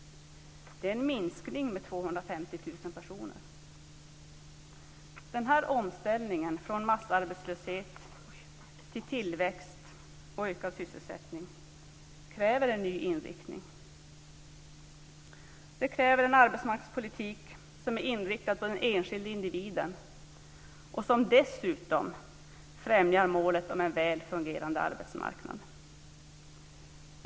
Det är en minskning med 250 000 personer. Den här omställningen från massarbetslöshet till tillväxt och ökad sysselsättning kräver en ny inriktning. Det kräver en arbetsmarknadspolitik som är inriktad på den enskilde individen och som dessutom främjar målet om en väl fungerande arbetsmarknad.